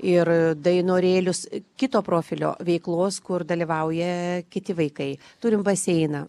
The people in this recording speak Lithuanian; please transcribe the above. ir dainorėlius kito profilio veiklos kur dalyvauja kiti vaikai turim baseiną